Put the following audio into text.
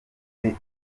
biri